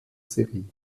serie